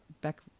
back